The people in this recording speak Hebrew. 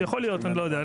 יכול להיות, אני לא יודע.